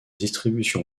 distribution